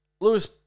Lewis